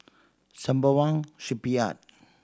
Sembawang Shipyard